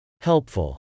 Helpful